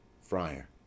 Friar